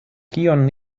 kion